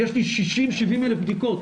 יש לי 60,000-70,000 בדיקות,